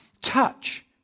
Touch